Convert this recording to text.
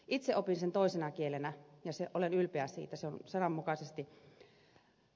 itse opin sen toisena kielenä ja olen ylpeä siitä se on sananmukaisesti äidinkieli